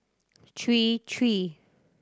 three three